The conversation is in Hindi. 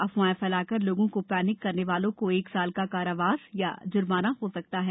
अफवाहें फैलाकर लोगों को पैनिक करने वालों को एक साल का कारावास या जुर्माना हो सकता है